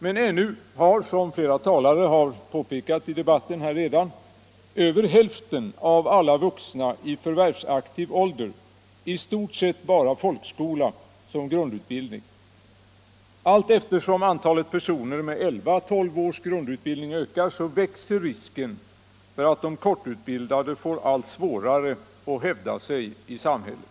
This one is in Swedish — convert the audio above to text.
Men ännu har — som flera talare redan påpekat i debatten — över hälften av alla vuxna i förvärvsaktiv ålder i stort sett bara folkskola som grundutbildning. Allteftersom antalet Nr 83 personer med 11-12 års grundutbildning ökar växer risken att de kort Tisdagen den utbildade får allt svårare att hävda sig i samhället.